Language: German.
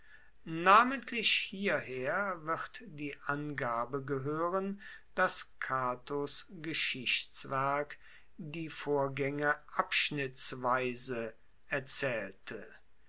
namentlich hierher wird die angabe gehoeren dass catos geschichtswerk die vorgaenge abschnittsweise erzaehlte